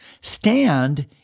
stand